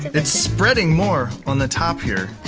it's spreading more on the top here.